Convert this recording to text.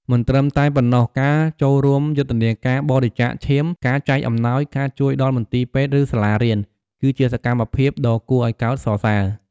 មិនត្រឹមតែប៉ុណ្ណោះ ការចូលរួមយុទ្ធនាការបរិច្ចាគឈាម ការចែកអំណោយ ការជួយដល់មន្ទីរពេទ្យ ឬសាលារៀន គឺជាសកម្មភាពដ៏គួរឱ្យកោតសរសើរ។